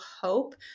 hope